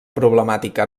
problemàtica